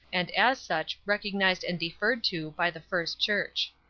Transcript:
and as such recognized and deferred to by the first church.